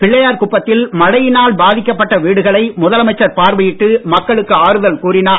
பிள்ளையார்குப்பத்தில் மழையினால் பாதிக்கப்பட்ட வீடுகளை முதலமைச்சர் பார்வையிட்டு மக்களுக்கு ஆறுதல் கூறினார்